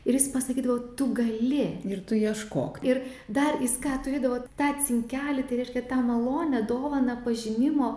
ir jis pasakydavo tu gali ir tu ieškok ir dar jis ką turėdavo tą cinkelį tai reiškia tą malonią dovaną pažinimo